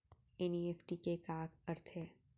NEFT के का अर्थ है?